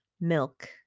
milk